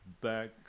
back